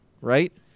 right